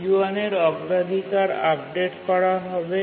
T1 এর অগ্রাধিকার update করা হবে